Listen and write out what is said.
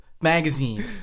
Magazine